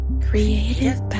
Creative